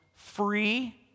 free